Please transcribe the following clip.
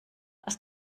aus